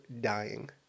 dying